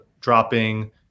dropping